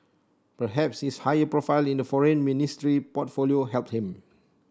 perhaps his higher profile in the foreign ministry portfolio helped him